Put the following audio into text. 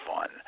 fun